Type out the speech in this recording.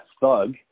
thug